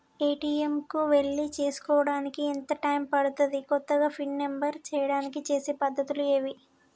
ATM కు వెళ్లి చేసుకోవడానికి ఎంత టైం పడుతది? కొత్తగా పిన్ నంబర్ చేయడానికి చేసే పద్ధతులు ఏవి?